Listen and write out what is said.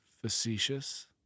facetious